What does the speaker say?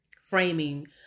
framing